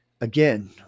again